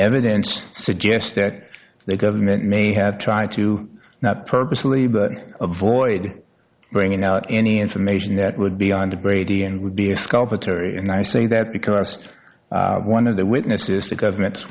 evidence suggests that the government may have tried to purposely avoid bringing out any information that would be on the brady and would be a sculptor and i say that because one of the witnesses the government